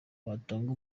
watanga